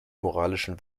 moralischen